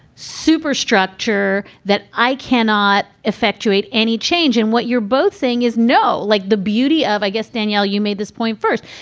superstructure that i cannot effectuate any change in. what you're both thing is. no. like the beauty of, i guess, danielle, you made this point first.